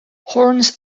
horns